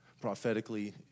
Prophetically